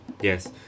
Yes